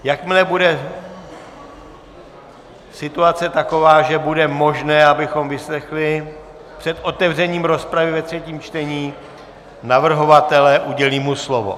Jakmile bude situace taková, že bude možné, abychom vyslechli před otevřením rozpravy ve třetím čtení navrhovatele, udělím mu slovo.